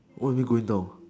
what do you mean going down